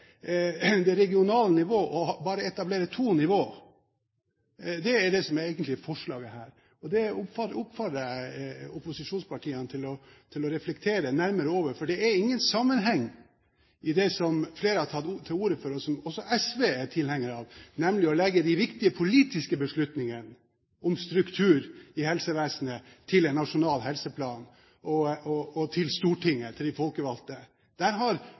det regionale nivå og bare etablere to nivå – det er det som egentlig er forslaget her. Det oppfordrer jeg opposisjonspartiene til å reflektere nærmere over, for det er ingen sammenheng mellom det og det som flere har tatt til orde for, og som også SV er tilhenger av, nemlig å legge de viktige politiske beslutningene om struktur i helsevesenet til en nasjonal helseplan og til Stortinget, til de folkevalgte. Der har